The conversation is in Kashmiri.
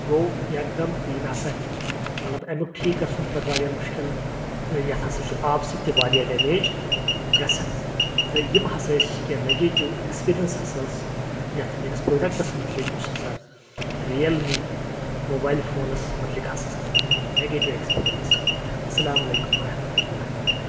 گوٚو یقدَم یہِ نہ سا مطلب امیُک ٹھیٖک گژھان چھُ پتہٕ واریاہ مشکِل تہٕ یتھ ہسا چھُ آب سۭتۍ تہِ واریاہ ڈیٚمیج گژھان تہٕ یِم ہسا ٲسۍ کینٛہہ نَگیٹو ایٚکٕسپیرینس ہسا ٲس یتھ میٲنِس پروڈکٹس متعلِق یُس ہسا رِیلمی موبایل فونس متعلِق ہسا ٲس مےٚ میٲنۍ نَگیٹو ایٚکٕسپیرینٕس السلام علیکم ورحمتہ اللہ وبرکاتہُ